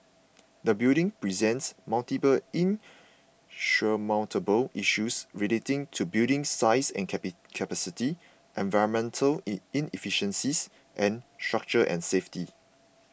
the building presents multiple insurmountable issues relating to building size and capacity environmental inefficiencies and structure and safety